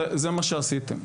זה מה שעשיתם.